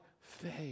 faith